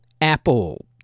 Apple